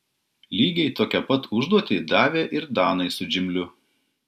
lygiai tokią pat užduotį davė ir danai su dimžliu